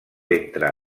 entre